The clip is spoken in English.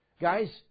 Guys